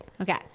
Okay